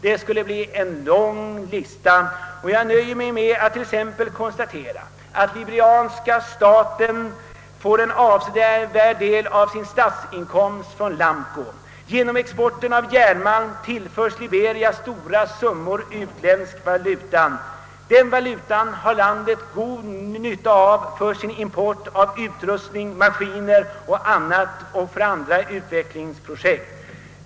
Det skulle bli en lång lista och jag nöjer mig med att t.ex. konstatera att liberianska staten får en avsevärd del av sin statsinkomst från Lamco. Genom exporten av järnmalm tillförs Liberia stora summor utländsk valuta. Den valutan har landet god nytta av för sin import av utrustning, maskiner och annat för andra utvecklingsprojekt.